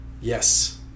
Yes